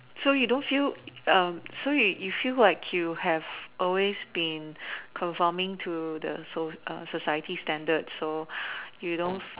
so you don't feel um so you you feel like you have always been performing to the so~ society standard so you don't